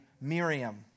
Miriam